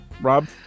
Rob